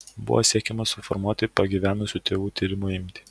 buvo siekiama suformuoti pagyvenusių tėvų tyrimo imtį